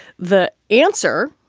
the answer.